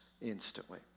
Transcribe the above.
instantly